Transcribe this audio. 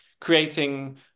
Creating